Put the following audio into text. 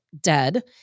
dead